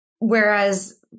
Whereas